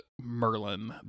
Merlin